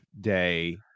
day